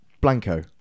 Blanco